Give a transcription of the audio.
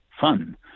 fun